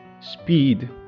speed